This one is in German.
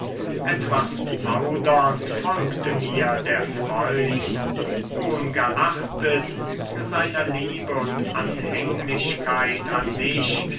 etwas zaudernd folgte mir der freund und ohngeachtet seiner liebe und anhänglichkeit an mich